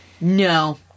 no